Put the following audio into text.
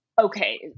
Okay